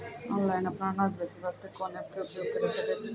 Online अपनो अनाज बेचे वास्ते कोंन एप्प के उपयोग करें सकय छियै?